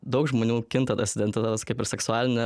daug žmonių kinta tas identitetas kaip ir seksualinė